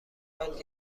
یاد